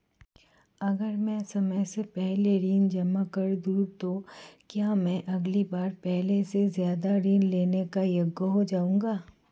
अगर मैं समय से पहले ऋण जमा कर दूं तो क्या मैं अगली बार पहले से ज़्यादा ऋण लेने के योग्य हो जाऊँगा?